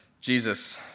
Jesus